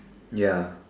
ya